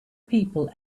people